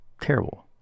terrible